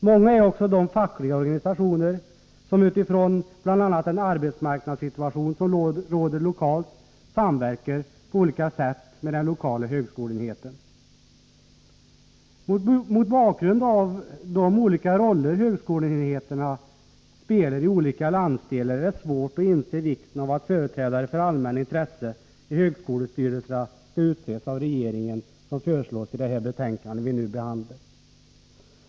Många är också de fackliga organisationer som utifrån bl.a. den arbetsmarknadssituation som råder lokalt samverkar på olika sätt med den lokala högskoleenheten. Mot bakgrund av de olika roller högskoleenheterna spelar i olika landsdelar är det svårt att inse vikten av att företrädare för allmänna intressen i högskolestyrelserna skall utses av regeringen, vilket föreslås i det betänkande som vi nu behandlar.